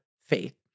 faith